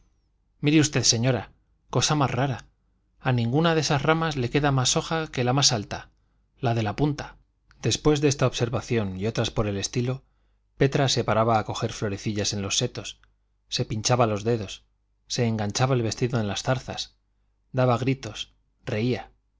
mire usted señora cosa más rara a ninguna de esas ramas le queda más hoja que la más alta la de la punta después de esta observación y otras por el estilo petra se paraba a coger florecillas en los setos se pinchaba los dedos se enganchaba el vestido en las zarzas daba gritos reía